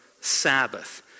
Sabbath